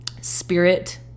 spirit